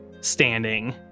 standing